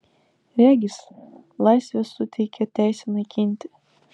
regis laisvė suteikia teisę naikinti